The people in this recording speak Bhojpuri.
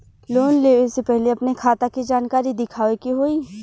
लोन लेवे से पहिले अपने खाता के जानकारी दिखावे के होई?